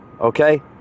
okay